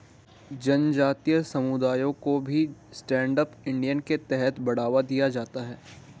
जनजाति समुदायों को भी स्टैण्ड अप इंडिया के तहत बढ़ावा दिया जाता है